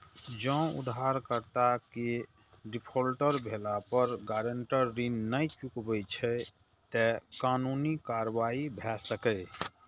जौं उधारकर्ता के डिफॉल्टर भेला पर गारंटर ऋण नै चुकबै छै, ते कानूनी कार्रवाई भए सकैए